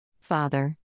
Father